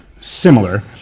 similar